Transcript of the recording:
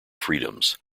freedoms